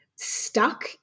stuck